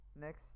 next